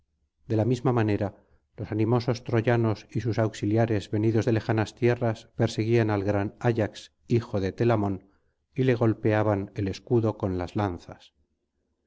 de la misma manera los animosos troyanos y sus auxiliares venidos de lejas tierras perseguían al gran ayax hijo de telamón y le golpeaban el escudo con las lanzas